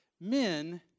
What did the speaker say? men